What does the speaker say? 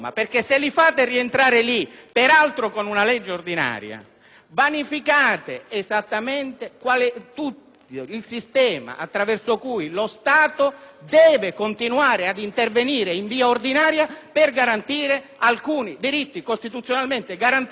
vanificate esattamente il sistema attraverso cui lo Stato deve continuare ad intervenire in via ordinaria per garantire alcuni diritti costituzionalmente garantiti per i territori più svantaggiati. Questo è il tema politico.